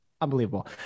unbelievable